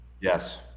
yes